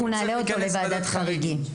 אז אנחנו נעלה אותו לוועדת חריגים.